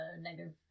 negative